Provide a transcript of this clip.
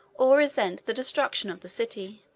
or resent the destruction of the city.